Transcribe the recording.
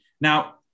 now